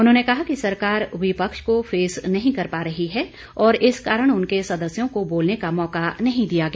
उन्होंने कहा कि सरकार विपक्ष को फेस नहीं कर पा रही है और इस कारण उनके सदस्यों को बोलने का मौका नहीं दिया गया